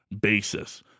basis